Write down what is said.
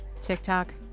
TikTok